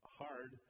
hard